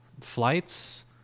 flights